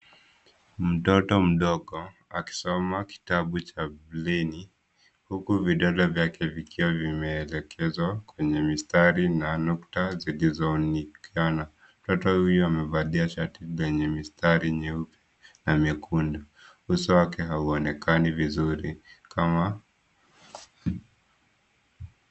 Mtoto mdogo akisoma kitabu cha braille huku vidole vyake vikiwa vimeelekezwa kwenye mistari na nukta zilizoonekana. Mtoto huyu amevalia shati lenye mistari nyeupe na nyekundu. Uso wake hauonekani vizuri.